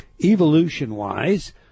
evolution-wise